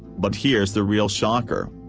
but here's the real shocker.